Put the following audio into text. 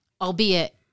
albeit